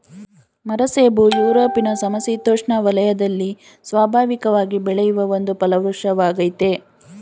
ಮರಸೇಬು ಯುರೊಪಿನ ಸಮಶಿತೋಷ್ಣ ವಲಯದಲ್ಲಿ ಸ್ವಾಭಾವಿಕವಾಗಿ ಬೆಳೆಯುವ ಒಂದು ಫಲವೃಕ್ಷವಾಗಯ್ತೆ